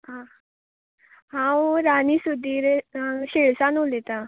आं हांव राणी सुदीर शेयसान उलयतां